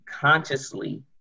consciously